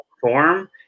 form